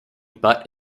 but